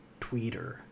tweeter